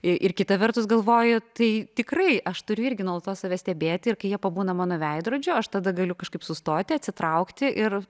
ir kita vertus galvoju tai tikrai aš turiu irgi nuolatos save stebėti ir kai jie pabūna mano veidrodžiu aš tada galiu kažkaip sustoti atsitraukti ir